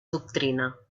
doctrina